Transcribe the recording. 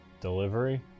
Delivery